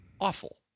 awful